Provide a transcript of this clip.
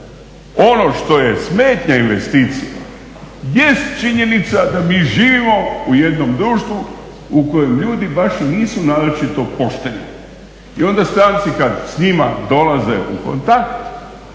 Ono što je smetnja investicijama jest činjenica da mi živimo u jednom društvu u kojem ljudi baš i nisu naročito pošteni. I onda stranci kada s njima dolaze u kontakt